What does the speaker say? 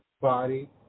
body